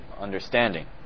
understanding